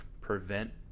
prevent